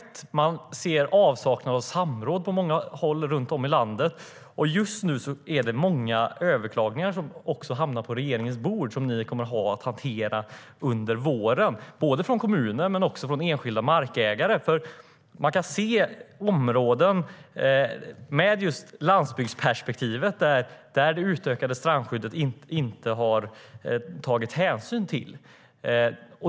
Det finns en avsaknad av samråd på många håll runt om i landet. Just nu har många överklaganden hamnat på regeringens bord som ni kommer att ha att hantera under våren, både från kommuner och från enskilda markägare. Det finns områden där man inte har tagit hänsyn till landsbygdsperspektivet.